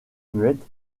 muette